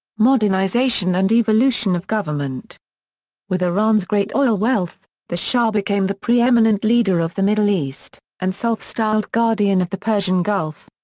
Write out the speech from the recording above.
modernization and evolution of government with iran's great oil wealth, the shah became the pre-eminent leader of the middle east, and self-styled guardian of the persian gulf.